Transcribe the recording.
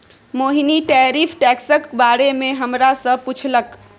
मोहिनी tariff टैक्सक बारे मे हमरा सँ पुछलक